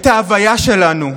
את ההוויה שלנו.